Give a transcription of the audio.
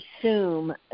assume